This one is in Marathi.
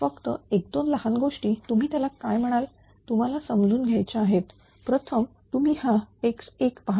फक्त एक दोन लहान गोष्टी तुम्ही त्यांना काय म्हणाल तुम्हाला समजून घ्यायच्या आहेत प्रथम तुम्ही हा x1 पहा